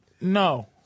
No